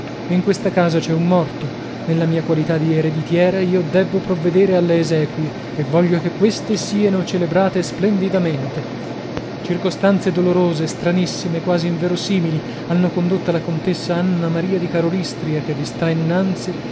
in questa casa c'è un morto nella mia qualità di ereditiera io debbo provvedere alle esequie e voglio che queste sieno celebrate splendidamente circostanze dolorose stranissime quasi inverosimili hanno condotta la contessa anna maria di karolystria che vi sta innanzi